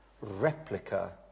replica